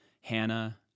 Hannah